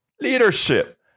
leadership